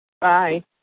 Bye